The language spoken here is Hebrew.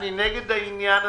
אני נגד זה.